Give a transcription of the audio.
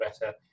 better